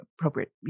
appropriate